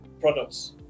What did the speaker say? Products